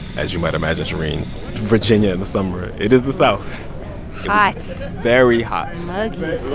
as you might imagine, shereen virginia in the summer, it is the south hot very hot so